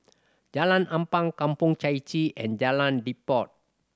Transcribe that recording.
Jalan Ampang Kampong Chai Chee and Jalan Redop